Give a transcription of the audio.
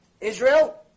Israel